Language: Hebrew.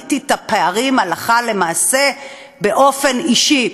וראיתי את הפערים הלכה למעשה באופן אישי.